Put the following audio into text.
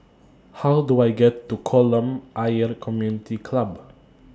How Do I get to Kolam Ayer Community Club